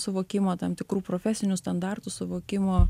suvokimo tam tikrų profesinių standartų suvokimo